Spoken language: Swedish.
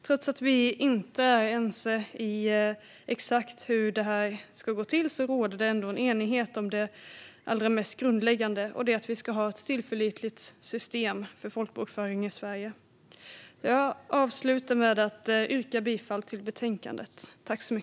Trots att vi inte är ense om exakt hur det här ska gå till råder det ändå enighet om det allra mest grundläggande, och det är att vi ska ha ett tillförlitligt system för folkbokföringen i Sverige. Jag avslutar med att yrka bifall till utskottets förslag.